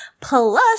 Plus